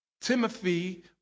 Timothy